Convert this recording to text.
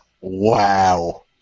Wow